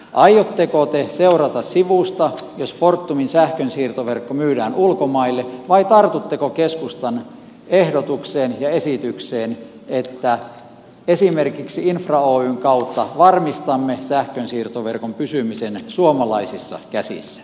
aiotteko te seurata sivusta jos fortumin sähkönsiirtoverkko myydään ulkomaille vai tartutteko keskustan ehdotukseen ja esitykseen että esimerkiksi infra oyn kautta varmistamme sähkönsiirtoverkon pysymisen suomalaisissa käsissä